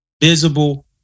visible